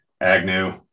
Agnew